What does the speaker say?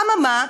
אממה?